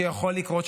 שיכול לקרות,